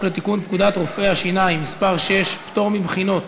לתיקון פקודת רופאי השיניים (מס' 6) (פטור מבחינות),